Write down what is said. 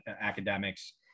academics